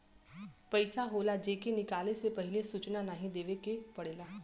पइसा होला जे के निकाले से पहिले सूचना नाही देवे के पड़ेला